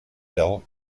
del